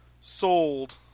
sold